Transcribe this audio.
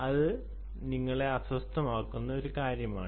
അത് നിങ്ങളെ അസ്വസ്ഥമാക്കുന്ന ഒരു കാര്യമാണ്